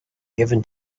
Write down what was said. given